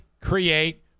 create